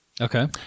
Okay